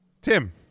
Tim